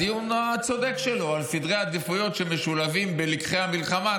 הדיון הצודק שלו על סדרי עדיפויות שמשולבים בלקחי המלחמה,